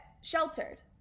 sheltered